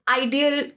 ideal